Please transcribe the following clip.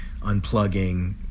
unplugging